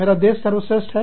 मेरा देश सर्वश्रेष्ठ है